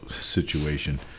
situation